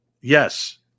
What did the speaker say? Yes